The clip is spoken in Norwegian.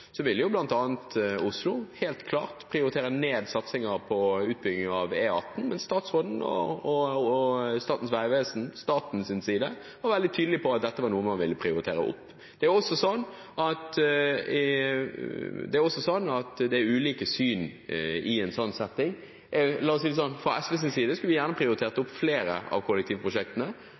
så raus tilbake. Det tror jeg det er riktig å si. I Oslopakke 3-forhandlingene – og dette vet statsråden utmerket godt – ville Oslo helt klart bl.a. prioritere ned satsing på utbygging av E18, men statsråden og Statens vegvesen, altså staten, var veldig tydelige på at dette var noe man ville prioritere opp. Det er ulike syn i en slik setting. La meg si det slik: Fra SVs side skulle vi gjerne ha prioritert opp flere av kollektivprosjektene,